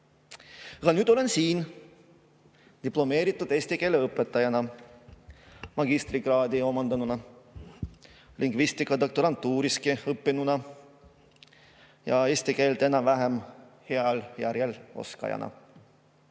Aga nüüd olen siin diplomeeritud eesti keele õpetajana, magistrikraadi omandanuna, lingvistikadoktorantuuriski õppinuna ja eesti keelt enam-vähem heal tasemel oskajana.